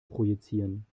projizieren